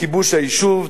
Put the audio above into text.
כיבוש היישוב,